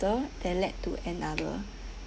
that led to another